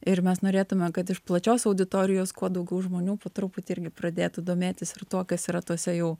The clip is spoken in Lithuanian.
ir mes norėtume kad iš plačios auditorijos kuo daugiau žmonių po truputį irgi pradėtų domėtis ir tuo kas yra tuose jau